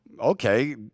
okay